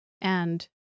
and-